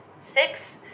Six